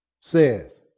says